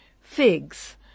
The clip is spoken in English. figs